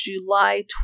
July